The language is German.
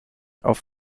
auf